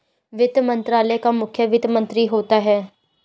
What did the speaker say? वित्त मंत्रालय का मुखिया वित्त मंत्री होता है